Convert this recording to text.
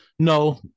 No